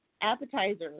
appetizer